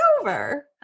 over